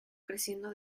creciendo